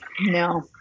no